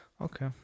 Okay